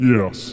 Yes